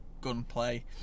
gunplay